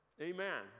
Amen